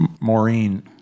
Maureen